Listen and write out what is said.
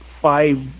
five